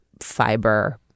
fiber